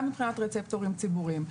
גם מבחינת רצפטורים ציבוריים.